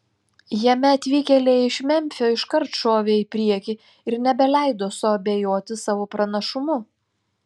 jame atvykėliai iš memfio iškart šovė į priekį ir nebeleido suabejoti savo pranašumu